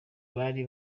bari